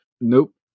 Nope